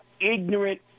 ignorant